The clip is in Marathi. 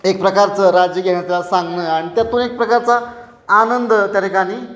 एक प्रकारचं राज्य घेण्यासाठी सांगणं आणि त्यातून एक प्रकारचा आनंद त्या ठिकाणी